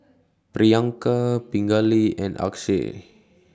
Priyanka Pingali and Akshay